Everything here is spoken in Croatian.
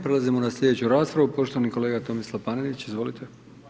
Prelazimo na slijedeću raspravu, poštovani kolega Tomislav Panenić, izvolite.